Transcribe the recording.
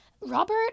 Robert